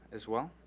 as well.